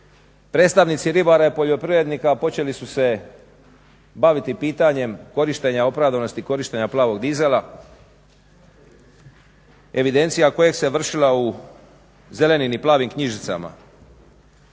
predstavnici ribara i poljoprivrednika počeli su se baviti pitanje opravdanosti korištenja plavog dizela, evidencija koja se vršila u zelenim i plavim knjižicama.